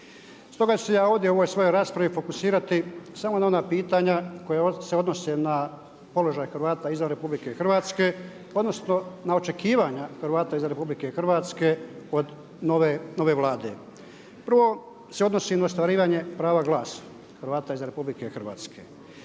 Stoga ću se ja ovdje u ovoj svojoj raspravi fokusirati samo na ona pitanja koja se odnose na položaj Hrvata izvan RH odnosno na očekivanja Hrvata iz RH od nove Vlade. Prvo se odnosi na ostvarivanje prava glasa Hrvata iz RH.